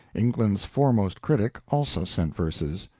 england's foremost critic, also sent verses,